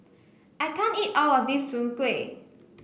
I can't eat all of this Soon Kway